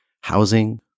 housing